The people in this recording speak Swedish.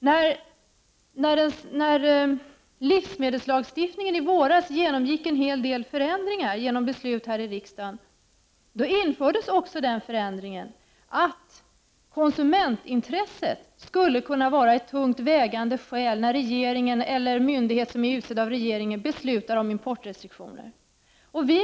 När livsmedelslagstiftningen i våras genomgick en hel del förändringar genom beslut här i riksdagen infördes också förändringen att konsumentintresset skulle kunna vara ett tungt vägande skäl när regeringen eller myndighet som är utsedd av regeringen beslutar om importrestriktioner.